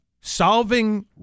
solving